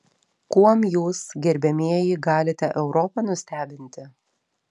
kuom jūs gerbiamieji galite europą nustebinti